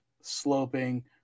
sloping